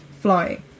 Flying